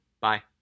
Bye